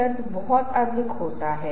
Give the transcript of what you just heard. मैं आपको बहुत पहले बता रहा था